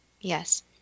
Yes